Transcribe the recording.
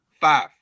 five